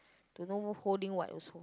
don't know holding what also